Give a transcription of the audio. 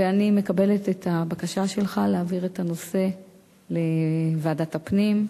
ואני מקבלת את הבקשה שלך להעביר את הנושא לוועדת הפנים,